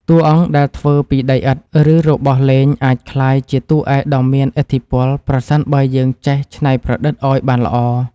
តួអង្គដែលធ្វើពីដីឥដ្ឋ ឬ របស់លេងអាចក្លាយជាតួឯកដ៏មានឥទ្ធិពលប្រសិនបើយើងចេះច្នៃប្រឌិតឱ្យបានល្អ។